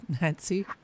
Nancy